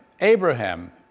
Abraham